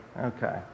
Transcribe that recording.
Okay